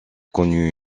connu